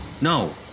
No